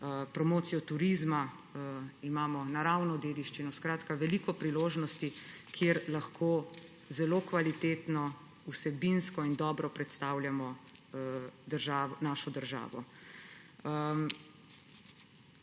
promocijo turizma, imamo naravno dediščino. Skratka, veliko priložnosti, kjer lahko zelo kvalitetno, vsebinsko in dobro predstavljamo našo državo.